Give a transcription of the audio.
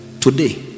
Today